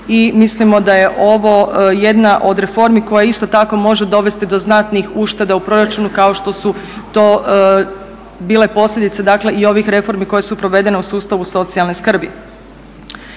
i mislimo da je ovo jedna od reformi koja isto tako može dovesti do znatnih ušteda u proračunu kao što su to bile posljedice dakle i ovih reformi koje su provedene u sustavu socijalne skrbi.